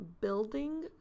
building